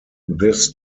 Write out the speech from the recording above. this